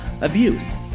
abuse